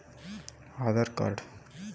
KYC ಮಾಡಲಿಕ್ಕೆ ಏನೇನು ದಾಖಲೆಬೇಕು?